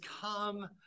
come